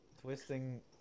Twisting